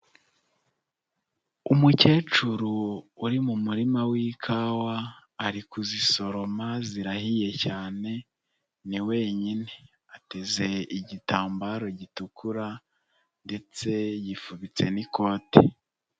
Umukecuru uri mu murima w'ikawa, ari kuzisoroma zirahiye cyane, ni wenyine. Ateze igitambaro gitukura ndetse yifubitse n'ikote.